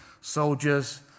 soldiers